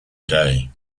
day